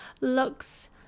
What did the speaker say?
looks